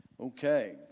Okay